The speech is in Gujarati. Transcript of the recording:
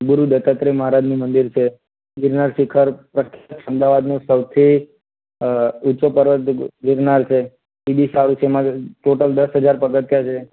ગુરુ દત્તાત્રેય મહારાજનું મંદિર છે ગિરનાર શિખર પર અમદાવાદનું સૌથી ઊંચો પર્વત ગિરનાર છે તે બી સારું છે એમાં ટોટલ દસ હજાર પગથિયા છે